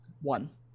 one